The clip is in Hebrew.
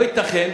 לא ייתכן,